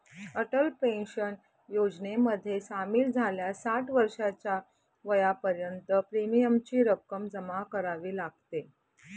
Atal pension योजनेमध्ये सामील झाल्यास साठ वर्षाच्या वयापर्यंत प्रीमियमची रक्कम जमा करावी लागते